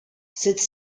cette